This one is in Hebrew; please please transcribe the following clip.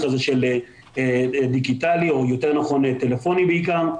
הזה של דיגיטלי או יותר נכון טלפוני בעיקר.